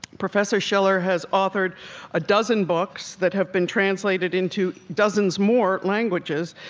professor shiller has authored a dozen books that have been translated into dozens more languages,